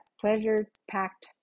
pleasure-packed